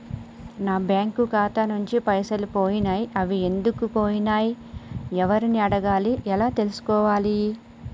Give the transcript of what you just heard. నా బ్యాంకు ఖాతా నుంచి పైసలు పోయినయ్ అవి ఎందుకు పోయినయ్ ఎవరిని అడగాలి ఎలా తెలుసుకోవాలి?